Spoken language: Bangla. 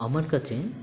আমার কাছে